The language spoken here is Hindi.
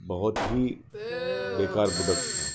बहुत ही बेकार प्रोडक्ट था